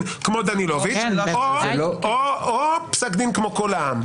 כמו דנילוביץ' או פסק דין קול העם?